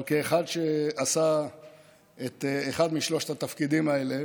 אבל כאחד שעשה את אחד משלושת התפקידים האלה